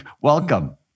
welcome